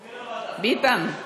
ביטן,